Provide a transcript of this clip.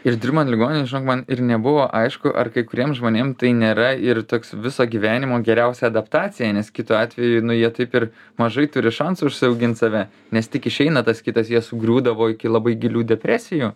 ir dirbant ligoninėj žinok man ir nebuvo aišku ar kai kuriem žmonėm tai nėra ir toks viso gyvenimo geriausia adaptacija nes kitu atveju jie taip ir mažai turi šansų užsiaugint save nes tik išeina tas kitas jie sugriūdavo iki labai gilių depresijų